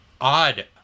odd